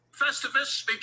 Festivus